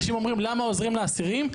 אנשים אומרים למה עוזרים לאסירים?